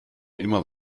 immer